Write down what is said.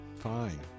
Fine